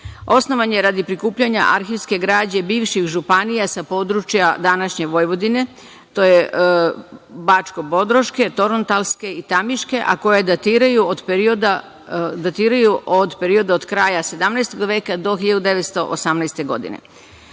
Osnovan je radi prikupljanja arhivske građe bivših županija sa područja današnje Vojvodine, to je bačko-bodroške, torontalske i tamiške, a koje datiraju od perioda od kraja 17. veka do 1918. godine. Danas